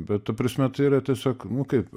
bet ta prasme tai yra tiesiog nu kaip